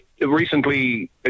recently